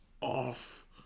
off